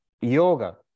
yoga